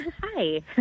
Hi